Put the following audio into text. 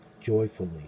joyfully